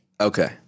Okay